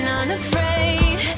unafraid